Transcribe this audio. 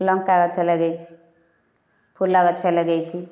ଲଙ୍କା ଗଛ ଲଗାଇଛି ଫୁଲ ଗଛ ଲଗାଇଛି